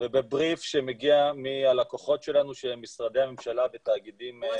ובבריף שמגיע מהלקוחות שלנו שהם משרדי הממשלה ותאגידים סטטוטוריים.